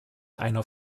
einer